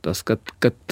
tas kad kad